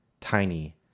tiny